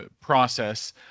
process